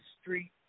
street